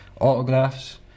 autographs